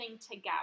together